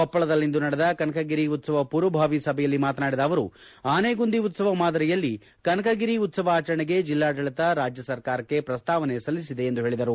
ಕೊಪ್ಪಳದಲ್ಲಿಂದು ನಡೆದ ಕನಕಗಿರಿ ಉತ್ಸವ ಪೂರ್ವಭಾವಿ ಸಭೆಯಲ್ಲಿ ಮಾತನಾಡಿದ ಅವರು ಆನೆಗುಂದಿ ಉತ್ಸವ ಮಾದರಿಯಲ್ಲಿ ಕನಕಗಿರಿ ಉತ್ಸವ ಆಚರಣೆಗೆ ಜಿಲ್ಲಾಡಳಿತ ರಾಜ್ಯ ಸರ್ಕಾರಕ್ಕೆ ಪ್ರಸ್ತಾವನೆ ಸಲ್ಲಿಸಿದೆ ಎಂದು ಹೇಳಿದರು